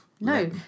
No